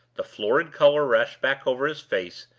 the florid color rushed back over his face,